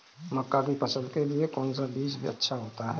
मक्का की फसल के लिए कौन सा बीज अच्छा होता है?